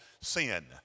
sin